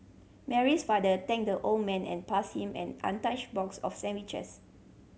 Mary's father thanked the old man and passed him an untouched box of sandwiches